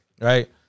right